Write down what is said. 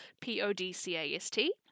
p-o-d-c-a-s-t